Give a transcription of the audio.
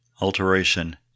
Alteration